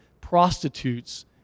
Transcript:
prostitutes